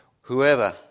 Whoever